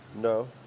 No